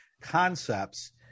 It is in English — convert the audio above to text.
concepts